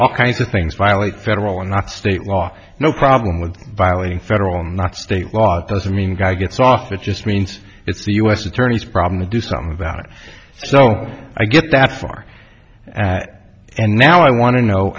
all kinds of things violate federal and state law no problem with violating federal not state law doesn't mean guy gets off it just means it's the us attorney's problem to do something about it so i get that far and now i want to know